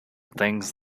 things